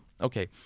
Okay